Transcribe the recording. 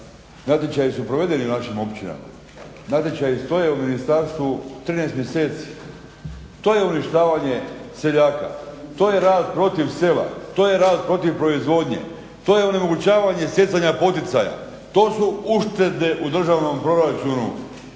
natječaji su provedeni u našim općinama, natječaji stoje u Ministarstvu 13 mjeseci. To je uništavanje seljaka, to je rad protiv sela, to je rad protiv proizvodnje, to je onemogućavanje stjecanja poticaja, to su uštede u državnom proračunu